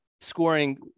scoring